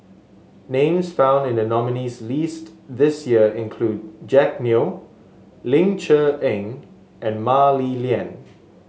names found in the nominees' list this year include Jack Neo Ling Cher Eng and Mah Li Lian